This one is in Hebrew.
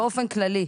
באופן כללי.